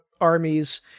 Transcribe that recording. armies